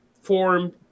form